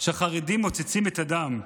שהחרדים מוצצים את הדם.